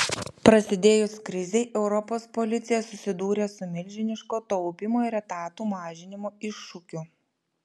prasidėjus krizei europos policija susidūrė su milžiniško taupymo ir etatų mažinimo iššūkiu